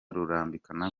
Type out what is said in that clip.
rurambikana